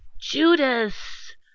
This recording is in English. judas